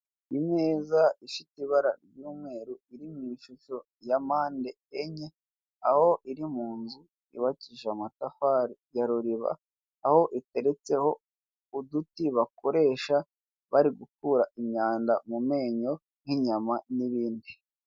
Imeza ifite ibara ry'umweru iri mu ishusho ya mpande enye, aho iri mu nzu yubakishijwe amatafari ya ruriba, aho iteretseho uduti bakoresha bari gukura imyanda mu menyo nk'inyama n'ibindi.